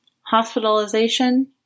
hospitalization